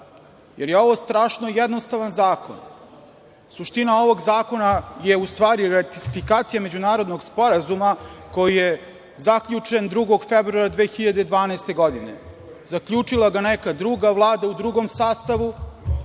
Ovo je strašno jednostavan zakon. Suština ovog zakona je u stvari ratifikacija međunarodnog sporazuma koji je zaključen 2. februara 2012. godine. Zaključila ga neka druga vlada u drugom sastavu.